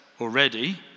already